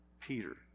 Peter